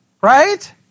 right